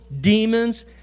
demons